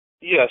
Yes